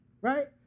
right